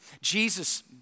Jesus